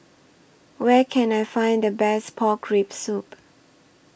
Where Can I Find The Best Pork Rib Soup